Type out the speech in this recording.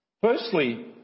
Firstly